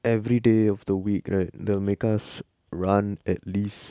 everyday of the week right they will make us run at least